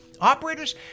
Operators